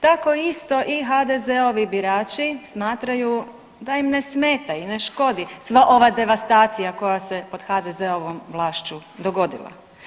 Tako isto i HDZ-ovi birači smatraju da im ne smeta i ne škodi sva ova devastacija koja se pod HDZ-ovom vlašću dogodila.